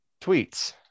tweets